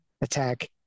attack